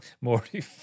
Morty